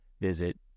visit